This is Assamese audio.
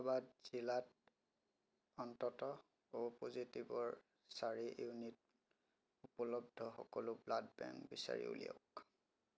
ঔৰংগাবাদ জিলাত অন্ততঃ অ' পজিটিভৰ চাৰি ইউনিট উপলব্ধ সকলো ব্লাড বেংক বিচাৰি উলিয়াওক